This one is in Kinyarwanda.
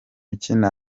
ukina